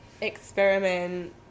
experiment